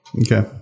Okay